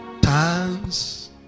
times